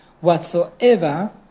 whatsoever